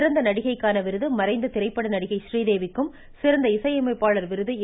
சிறந்த நடிகைக்கான விருது மறைந்த திரைப்பட நடிகை ஸ்ரீதேவிக்கும் சிறந்த இசையமைப்பாளர் விருது ஏ